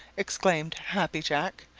exclaimed happy jack.